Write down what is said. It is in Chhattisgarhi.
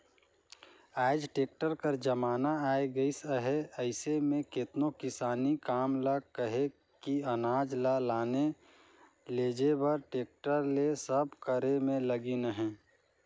आएज टेक्टर कर जमाना आए गइस अहे अइसे में केतनो किसानी काम ल कहे कि अनाज ल लाने लेइजे कर टेक्टर ले सब करे में लगिन अहें